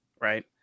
right